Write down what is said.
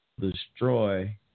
destroy